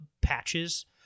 patches